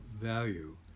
value